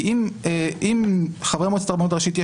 כי אם לחברי מועצת הרבנות הראשית,